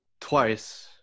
twice